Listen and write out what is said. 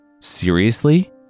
Seriously